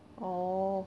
orh